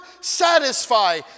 satisfy